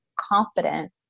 confident